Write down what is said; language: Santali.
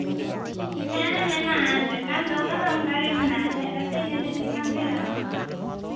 ᱦᱮᱸ ᱢᱮᱱᱟᱜᱼᱟ ᱪᱮᱫ ᱠᱟᱱ ᱫᱚᱨᱠᱟᱨ ᱚᱱᱠᱟᱜᱮ ᱢᱮᱱᱟᱜᱼᱟ ᱦᱮᱡ ᱠᱟᱛᱮᱫ ᱧᱮᱞ ᱤᱫᱤ ᱞᱮᱠᱷᱟᱱ ᱜᱮ ᱜᱟᱱᱚᱜᱼᱟ